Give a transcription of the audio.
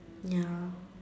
ya